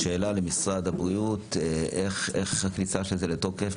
שאלה למשרד הבריאות: מתי הכניסה של זה לתוקף?